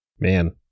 Man